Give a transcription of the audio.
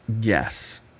Yes